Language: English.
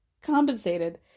compensated